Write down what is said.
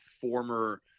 former